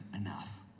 enough